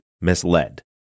misled